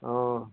অঁ